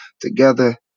together